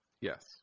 Yes